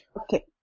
Okay